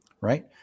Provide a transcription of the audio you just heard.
Right